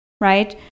right